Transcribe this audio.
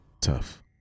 tough